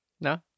No